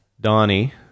Donnie